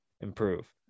improve